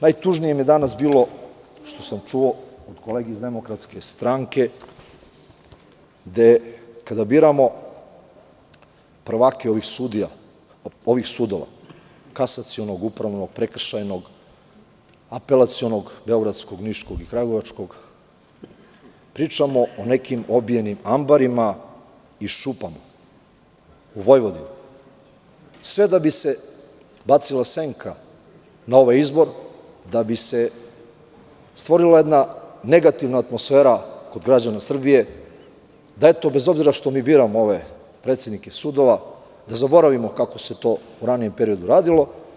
Najtužnije mi je danas bilo što sam čuo od kolege iz DS – kada biramo prvake ovih sudova, kasacionog, upravnog, prekršajnog, apelacionog beogradskog, niškog i kragujevačkog pričamo o nekim obijenim ambarima i šupama u Vojvodini, sve da bi se bacila senka na ovaj izbor, da bi se stvorila negativna atmosfera kod građana Srbije, da bez obzira što biramo ove predsednike sudova zaboravimo kako se to u ranijem periodu radilo.